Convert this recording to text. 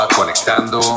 conectando